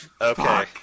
Okay